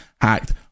hacked